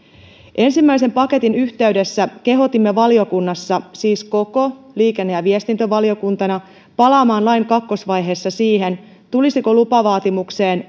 ensimmäisen paketin yhteydessä kehotimme valiokunnassa siis koko liikenne ja viestintävaliokuntana palaamaan lain kakkosvaiheessa siihen tulisiko lupavaatimukseen